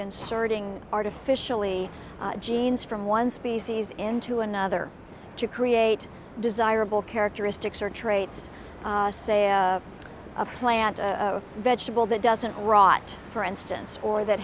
inserting artificially genes from one species into another to create desirable characteristics or traits a plant a vegetable that doesn't rot for instance or that